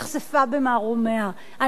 ואת יושב-ראש הבית מסביר לנו שהכנסת נחשפה במערומיה.